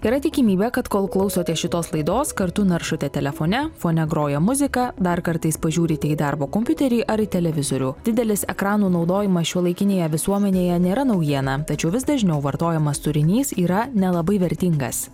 yra tikimybė kad kol klausotės šitos laidos kartu naršote telefone fone groja muzika dar kartais pažiūrite į darbo kompiuterį ar į televizorių didelis ekranų naudojimas šiuolaikinėje visuomenėje nėra naujiena tačiau vis dažniau vartojamas turinys yra nelabai vertingas